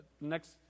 next